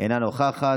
אינה נוכחת,